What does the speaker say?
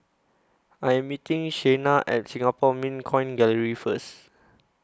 I Am meeting Shayna At Singapore Mint Coin Gallery First